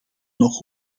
nog